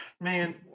Man